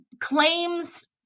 claims